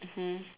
mmhmm